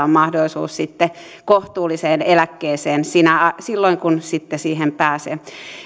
on mahdollisuus kohtuulliseen eläkkeeseen silloin kun sitten siihen pääsee